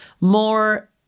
more